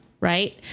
Right